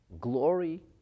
glory